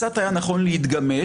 קצת היה נכון להתגמש,